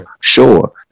sure